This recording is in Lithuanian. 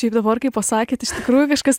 šiaip dabar kai pasakėt iš tikrųjų kažkas